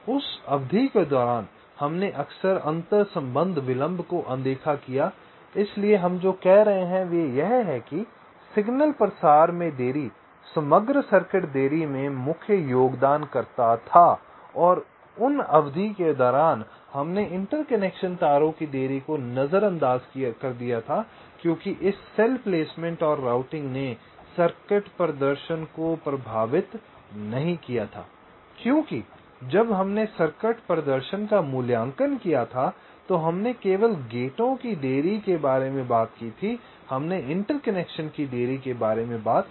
उस अवधि के दौरान हमने अक्सर अंतर्संबंध विलंब को अनदेखा किया इसलिए हम जो कह रहे हैं वह यह है कि सिग्नल प्रसार में देरी समग्र सर्किट देरी में मुख्य योगदानकर्ता था और उन अवधि के दौरान हमने इंटरकनेक्शन तारों की देरी को नजरअंदाज कर दिया था क्योंकि इस सेल प्लेसमेंट और राउटिंग ने सर्किट प्रदर्शन को प्रभावित नहीं किया था क्योंकि जब हमने सर्किट प्रदर्शन का मूल्यांकन किया था तो हमने केवल गेटों की देरी के बारे में बात की थी हमने इंटरकनेक्शन की देरी के बारे में बात नहीं की थी